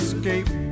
escape